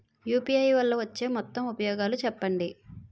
UPI వల్ల వచ్చే మొత్తం ఉపయోగాలు చెప్పండి?